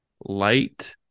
light